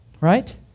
Right